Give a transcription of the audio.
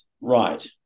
right